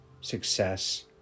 success